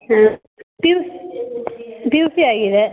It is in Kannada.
ಹಾಂ ಪಿ ಯು ಸಿ ಆಗಿದೆ